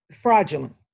fraudulent